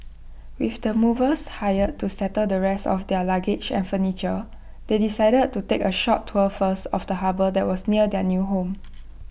with the movers hired to settle the rest of their luggage and furniture they decided to take A short tour first of the harbour that was near their new home